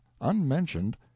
unmentioned